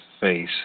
face